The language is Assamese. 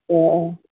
অঁ অঁ